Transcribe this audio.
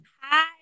Hi